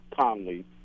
Conley